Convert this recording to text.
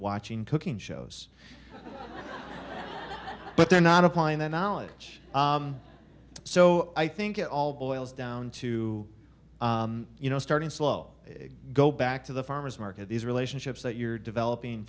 watching cooking shows but they're not applying their knowledge so i think it all boils down to you know starting slow go back to the farmer's market these relationships that you're developing